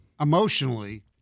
emotionally